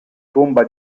tomba